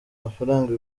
amafaranga